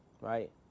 right